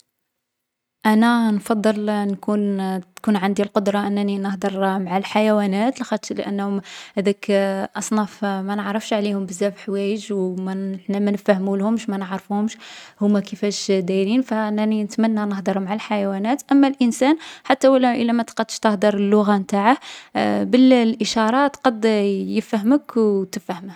أنا نفضّل نكون تكون عندي القدرة أنني نهدر مع الحيوانات لاخاطش لأنهم ذاك أصناف ما نعرفش عليهم بزاف حوايج و ما نـ حنا ما نفهمولهمش و ما نعرفوهمش هوما كيفاش دايرين. فأنا نتمنى نهدر مع الحيوانات. أما الانسان، حتى و إلا إلا ما تقدش تهدر اللغة نتاعه، بـ بالإشارة تقد يـ يفهمك و تفهمه.